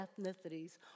ethnicities